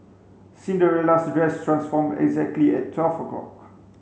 Cinderella's dress transformed exactly at twelve o'clock